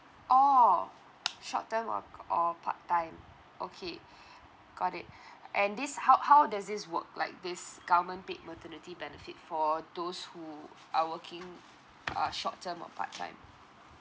oh short term or or part time okay got it and this how how does this work like this government paid maternity benefit for those who are working uh short term or part time